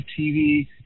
TV